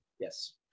Yes